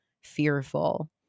fearful